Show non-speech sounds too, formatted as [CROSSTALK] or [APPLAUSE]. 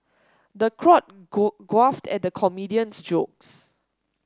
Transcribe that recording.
the crowd [UNINTELLIGIBLE] guffawed at the comedian's jokes